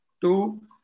Two